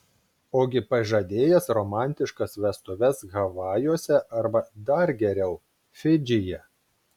ogi pažadėjęs romantiškas vestuves havajuose arba dar geriau fidžyje